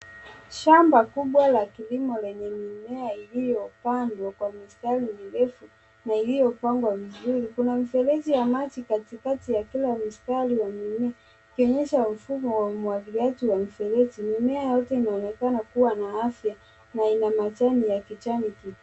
Shamba kubwa la kilimo yenye mimea iliyopandwa kwa mistari miredu na iliyopangwa vizuri. Kuna mifereji ya maji katikati ya kila mstari wa mimea ikionyesha mfumo wa umwangiliaji wa mifereji. Mimea yote inaonekana kuwa na afya na ina majani ya kijani kibichi.